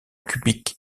cubique